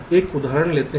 एक उदाहरण लेते हैं